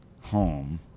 home